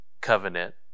covenant